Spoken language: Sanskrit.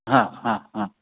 हा हा हा